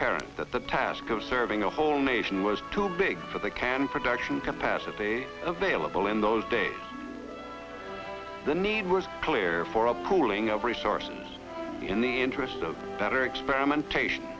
apparent that the task of serving the whole nation was too big for the can production capacity available in those days the need was clear for a pooling of resources in the interest of better experimentation